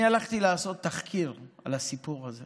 אני הלכתי לעשות תחקיר על הסיפור הזה,